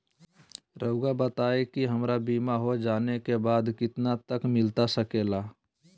रहुआ बताइए कि हमारा बीमा हो जाने के बाद कितना तक मिलता सके ला?